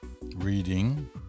reading